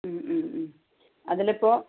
അതിൽ ഇപ്പോൾ